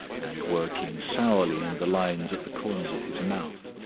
and working sourly in the lines at the corners of his mouth.